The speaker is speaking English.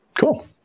cool